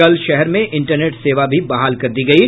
कल शहर में इंटरनेट सेवा भी बहाल कर दी गयी